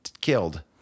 killed